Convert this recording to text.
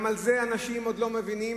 גם את זה אנשים עוד לא מבינים,